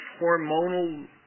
hormonal